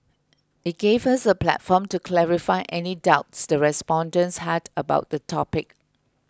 it gave us a platform to clarify any doubts the respondents had about the topic